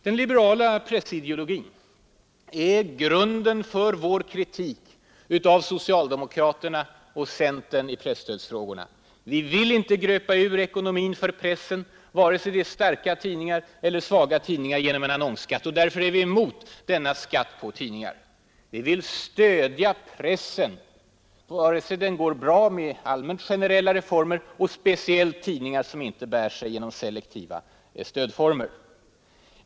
Den liberala pressideologin är grunden för vår kritik av socialdemokraterna och centern i presstödsfrågorna. Vi vill inte gröpa ur ekonomin för pressen, vare sig tidningarna är starka eller svaga, och därför är vi emot annonsskatten. Vi vill stödja pressen vare sig den går bra eller inte med generella reformer och speciellt tidningar som inte bär sig genom selektiva stödformer.